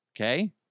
Okay